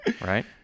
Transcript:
Right